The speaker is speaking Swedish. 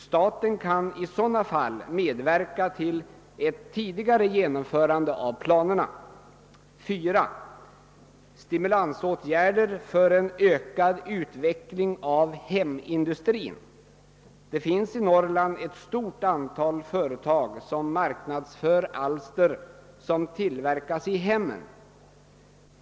Staten kan i sådana fall medverka till ett genomförande av planerna. 4. Stimulansåtgärder för en ökad utveckling av hemindustrin bör vidtas. Det finns i Norrland ett stort antal företag som marknadsför alster som tillverkas i hemmen.